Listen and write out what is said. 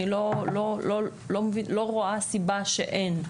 אני לא רואה סיבה שאין.